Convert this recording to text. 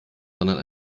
sondern